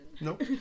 Nope